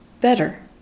better